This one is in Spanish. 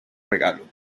regalo